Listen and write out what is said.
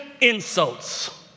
Insults